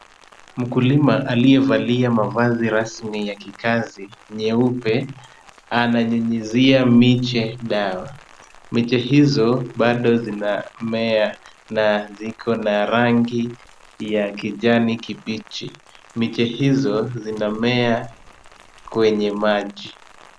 Mkulima aliyevalia mavazi rasmi ya kikazi nyeupe, ananyunyizia miche dawa. Miche hizo bado zinamea na ziko na rangi ya kijani kibichi. Miche hizo zinamea kwenye maji.